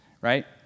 right